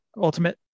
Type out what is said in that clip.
ultimate